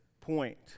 point